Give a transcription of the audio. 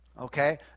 Okay